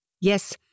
yes